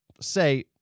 say